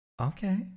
Okay